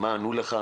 מה ענו לך?